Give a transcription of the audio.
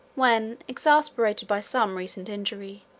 when, exasperated by some recent injury,